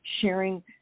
sharing